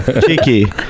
cheeky